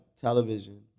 television